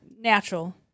natural